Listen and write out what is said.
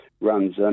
runs